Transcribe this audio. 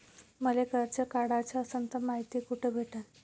मले कर्ज काढाच असनं तर मायती कुठ भेटनं?